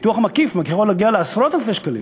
ביטוח מקיף יכול להגיע לעשרות אלפי שקלים,